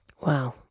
Wow